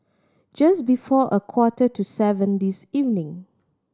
just before a quarter to seven this evening